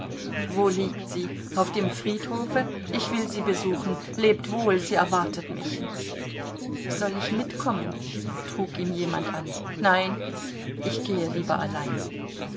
wo liegt sie auf dem friedhofe ich will sie besuchen lebt wohl sie erwartet mich soll ich mitkommen trug ihm jemand an nein ich gehe lieber allein